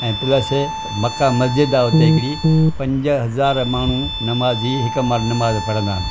ऐं पिल्स मका मस्ज़िद आहे हुते हिकिड़ी पंज हज़ार माण्हू नमाज़ी हिकु महिल नमाज़ पढ़ंदा आहिनि